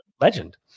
legend